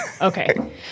Okay